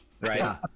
Right